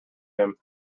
him